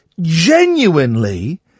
genuinely